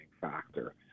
factor